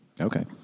Okay